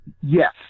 yes